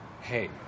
hey